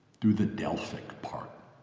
do the delphic part,